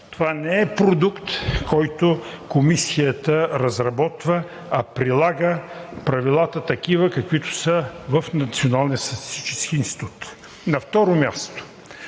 Това не е продукт, който Комисията разработва, а прилага правилата такива, каквито са в Националния